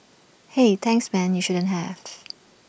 hey thanks man you shouldn't have